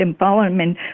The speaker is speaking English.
empowerment